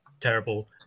terrible